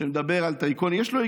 שמדבר על טייקון יש בו גם